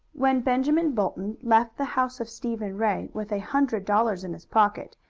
when benjamin bolton left the house of stephen ray with a hundred dollars in his pocket,